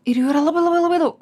ir jų yra labai labai labai daug